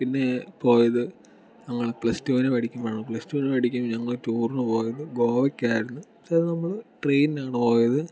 പിന്നെ പോയത് ഞങ്ങൾ പ്ലസ് ടുവിന് പഠിക്കുമ്പോഴാണ് പ്ലസ് ടുവിന് പഠിക്കുമ്പോൾ നമ്മൾ ടൂറിന് പോയത് ഗോവക്ക് ആയിരുന്നു അത് നമ്മൾ ട്രെയിനിലാണ് പോയത്